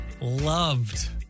loved